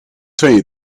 tweeën